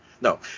No